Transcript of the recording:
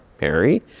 Mary